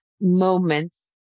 moments